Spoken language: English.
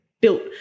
built